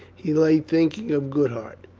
he lay think ing of goodhart.